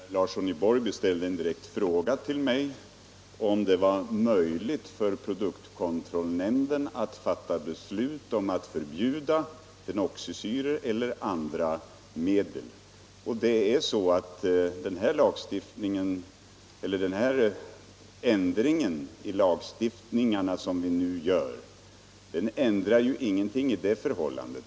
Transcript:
Nr 95 Herr talman! Herr Larsson i Borrby ställde en direkt fråga till mig, Torsdagen den om det var möjligt för produktkontrollnämnden att fatta beslut om att 29 maj 1975 förbjuda fenoxisyror eller andra bekämpningsmedel. Det förhåller sig så, att den ändring i lagstiftningen som vi nu vidtar inte ändrar någonting Förbud mot därvidlag.